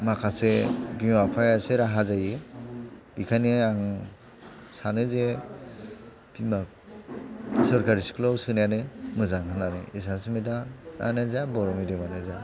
माखासे बिमा बिफाया एसे राहा जायो बेनिखायनो आं सानो जे सोरखारि स्कुलाव सोनायानो मोजां होननानै एसामिस मिडियामानो जा बर' मिडियामानो जा